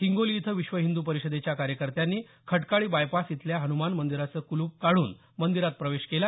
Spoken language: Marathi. हिंगोली इथं विश्वहिंद् परिषेदेच्या कार्यकर्त्यांनी खटकाळी बायपास इथल्या हनुमान मंदिराचे कुलूप काढून मंदिरात प्रवेश केला